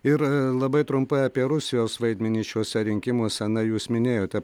ir labai trumpai apie rusijos vaidmenį šiuose rinkimuose na jūs minėjote